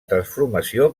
transformació